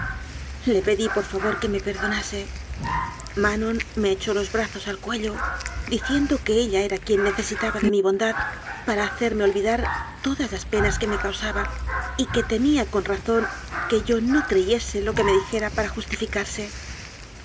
le pedí por favor que me perdonase manon me echó los bra zos al cuello diciendo que ella era quien necesi taba de mi bondad para hacerme olvidar todas las penas que me causaba y que temía con razón que yo no creyese lo que me dijera para justificarse